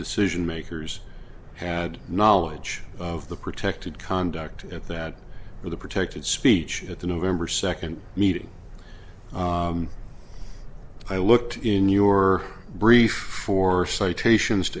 decision makers had knowledge of the protected conduct at that with a protected speech at the november second meeting i looked in your brief for citations